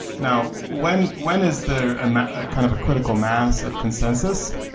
now, when when is there kind of a critical mass of consensus?